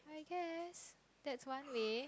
I guess that's one way